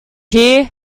here